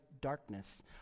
darkness